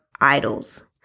idols